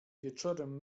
wieczorem